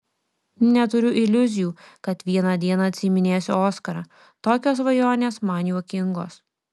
neturiu iliuzijų kad vieną dieną atsiiminėsiu oskarą tokios svajonės man juokingos